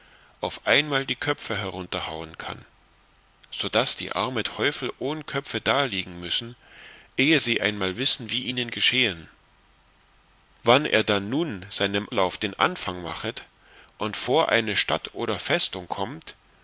auf einmal die köpfe herunterhauen kann also daß die arme teufel ohn köpfe daliegen müssen ehe sie einmal wissen wie ihnen geschehen wann er dann nun seinem lauf den anfang machet und vor eine stadt oder festung kommt